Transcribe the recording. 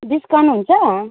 discount हुन्छ